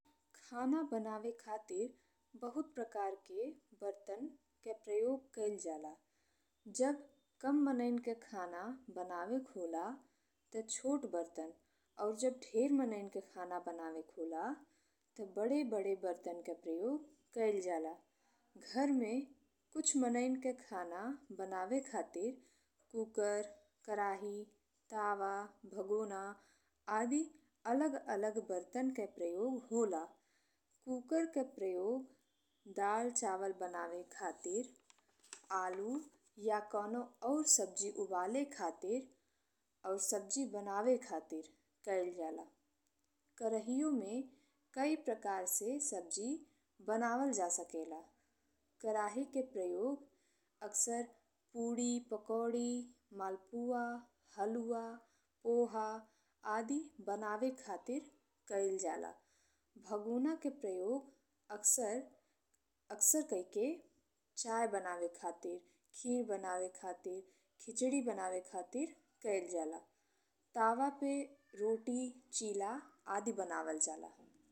खाना बनावे खातिर बहुत प्रकार के बर्तन के प्रयोग कइल जाला जब कम मनइयन के खाना बनावेके होला ते छोट बर्तन अउर जब ढेर मनइयन के खाना बनावेके होला ते बड़े बड़े बर्तन के प्रयोग कइल जाला। घर में कुछ मनइयन के खाना बनावे खातिर कुकर, कड़ाही, तवा, भगौना आदि अलग अलग बर्तन के प्रयोग होला। कुकर के प्रयोग दाल चावल बनाए खातिर, आलू या कउनो अउर सब्जी उबले खातिर अउर सब्जी बनावे खातिर कइल जाला। कड़ाहीयो में कई प्रकार से सब्जी बनावल जा सकेला। कड़ाही के प्रयोग अक्सर पूड़ी, पकोड़ी, मालपुआ, हलुआ, पोहा आदि बनाए खातिर कइल जाला भगौना के प्रयोग अक्सर-अक्सर चाय बनाए खातिर, खीर बनाए खातिर, खिचड़ी बनाए खातिर कइल जाला। तवा पे रोटी, चीला आदि बनावल जाला।